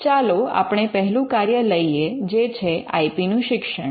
ચાલો આપણે પહેલું કાર્ય લઈએ જે છે આઇ પી નું શિક્ષણ